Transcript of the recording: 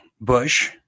bush